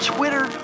Twitter